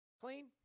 clean